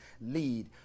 lead